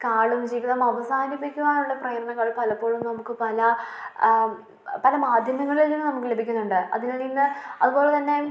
കാളും ജീവിതം അവസാനിപ്പിക്കുവാനുള്ള പ്രേരണകൾ പലപ്പോഴും നമുക്ക് പല പല മാധ്യമങ്ങളിൽ നിന്നും നമുക്ക് ലഭിക്കുന്നുണ്ട് അതിൽ നിന്ന് അതുപോലെതന്നെ